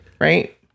Right